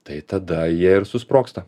tai tada jie ir susprogsta